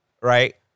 Right